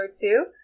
two